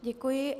Děkuji.